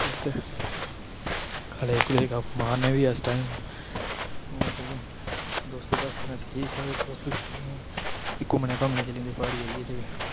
बस ते कालेज कुलज गप मारने भी इस टाइम थ जदूं दोस्तें दास्तें ने केईं साढ़े दोस्त घुम्मने घाम्मने चली ने प्हाड़ी एरिये च